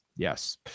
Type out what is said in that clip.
Yes